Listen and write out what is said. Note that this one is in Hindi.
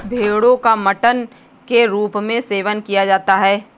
भेड़ो का मटन के रूप में सेवन किया जाता है